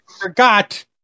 forgot